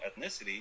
ethnicity